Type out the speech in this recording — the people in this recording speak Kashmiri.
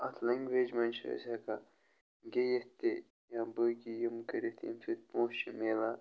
اَتھ لنٛگویج منٛز چھِ أسۍ ہٮ۪کان گیٚیِتھ تہِ یا بٲقی یِم کٔرِتھ ییٚمہِ سۭتۍ پونٛسہٕ چھِ مِلان